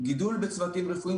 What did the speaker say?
גידול בצוותים רפואיים,